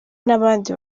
n’abandi